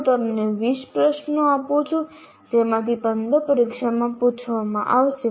હું તમને 20 પ્રશ્નો આપું છું જેમાંથી 15 પરીક્ષામાં પૂછવામાં આવશે